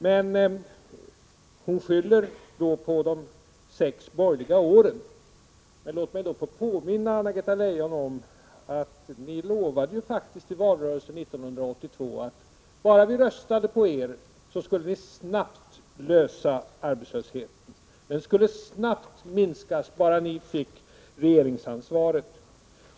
Men hon skyller då på de sex borgerliga åren. Låt mig få påminna Anna-Greta Leijon om att ni i valrörelsen 1982 faktiskt lovade att bara vi röstade på er, så skulle ni snabbt komma till rätta med arbetslösheten. Den skulle snabbt minskas, bara ni fick regeringsansvaret.